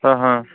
ஆஹ